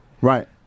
right